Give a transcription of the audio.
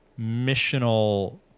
missional